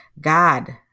God